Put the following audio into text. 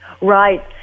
Right